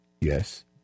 Yes